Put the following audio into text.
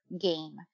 game